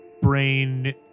brain